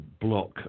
block